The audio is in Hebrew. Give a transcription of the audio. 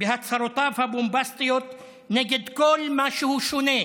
בהצהרותיו הבומבסטיות נגד כל מה שהוא שונה: